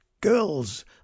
Girls